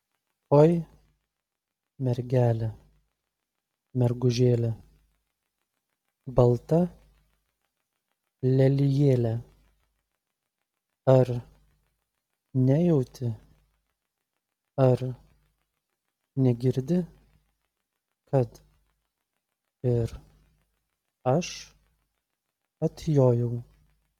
oi mergele mergužėle balta lelijėle ar nejauti ar negirdi kad ir aš atjojau